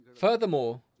Furthermore